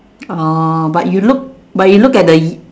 oh but you look but you look at the